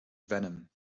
venom